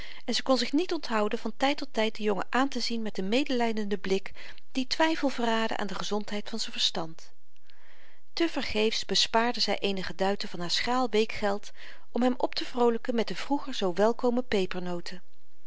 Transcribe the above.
en ze kon zich niet onthouden van tyd tot tyd den jongen aantezien met n medelydenden blik die twyfel verraadde aan de gezondheid van z'n verstand te vergeefs bespaarde zy eenige duiten van haar schraal weekgeld om hem optevroolyken met de vroeger zoo welkome